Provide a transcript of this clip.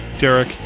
Derek